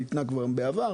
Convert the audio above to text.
ניתנה כבר בעבר,